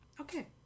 Okay